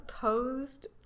posed